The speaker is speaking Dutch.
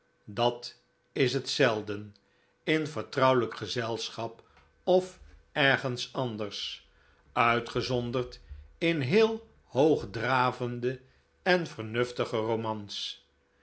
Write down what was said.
dat is het zeiden in vertrouwelijk gezelschap of ergens anders uitgezonderd in heel hoogdravende en vernuftige romans